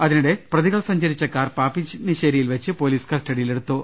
അതിനിടെ പ്രതികൾ സഞ്ചരിച്ച കാർ പാപ്പിനിശ്ശേരിയിൽവെച്ച് പോലീസ് കസ്റ്റഡിയിലെടുത്തു